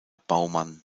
baumann